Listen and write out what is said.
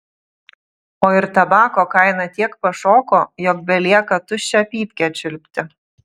o ir tabako kaina tiek pašoko jog belieka tuščią pypkę čiulpti